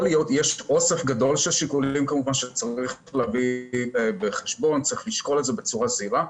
יש אוסף גדול של שיקולים שצריך להביא בחשבון ולשקול בצורה זהירה,